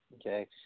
Okay